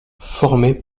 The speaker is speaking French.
formé